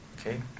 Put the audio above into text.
Okay